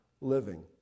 living